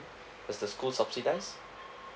will the school subsidise